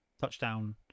touchdown